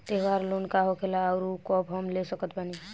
त्योहार लोन का होखेला आउर कब हम ले सकत बानी?